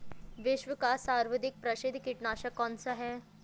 विश्व का सर्वाधिक प्रसिद्ध कीटनाशक कौन सा है?